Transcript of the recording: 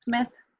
beth